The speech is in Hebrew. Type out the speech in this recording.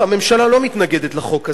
לא, הממשלה לא מתנגדת לחוק הזה.